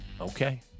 Okay